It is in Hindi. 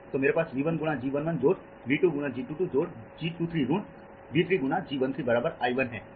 तो मेरे पास V 1 गुना G 1 1 जोड़ V 2 गुना G 2 2 जोड़ G 2 3 ऋण V 3 गुना G 1 3 बराबर I 1 है